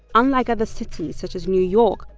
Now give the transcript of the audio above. unlike other cities such as new york,